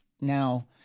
now